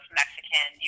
mexican